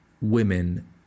women